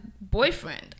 boyfriend